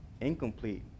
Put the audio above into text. incomplete